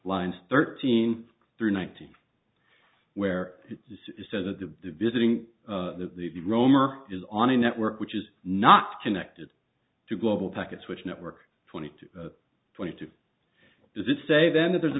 lines thirteen through ninety where it says that the visiting of the roemer is on a network which is not connected to global packets which network twenty two twenty two does it say then there's a